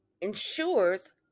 ensures